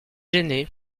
dîner